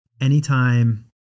anytime